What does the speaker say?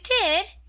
did